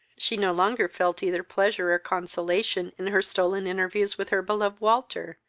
she no longer felt either pleasure or consolation in her stolen interviews with her beloved walter,